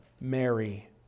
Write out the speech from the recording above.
Mary